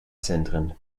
zentren